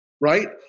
right